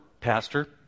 pastor